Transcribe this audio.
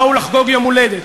באו לחגוג יום הולדת,